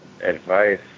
advice